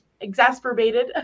exasperated